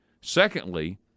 Secondly